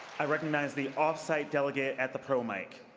i recognize the off-site delegate at the pro mic.